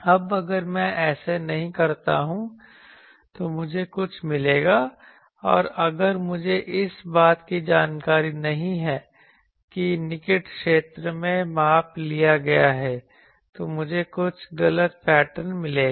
अब अगर मैं ऐसा नहीं करता हूं तो मुझे कुछ मिलेगा और अगर मुझे इस बात की जानकारी नहीं है कि निकट क्षेत्र में माप लिया गया है तब मुझे कुछ गलत पैटर्न मिलेगा